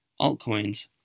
altcoins